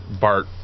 Bart